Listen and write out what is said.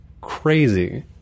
crazy